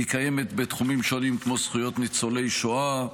היא קיימת בתחומים שונים, כמו זכויות ניצולי שואה,